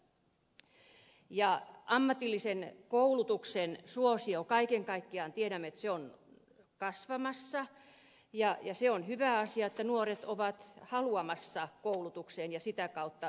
tiedämme että ammatillisen koulutuksen suosio kaiken kaikkiaan on kasvamassa ja se on hyvä asia että nuoret ovat haluamassa koulutukseen ja sitä kautta työelämään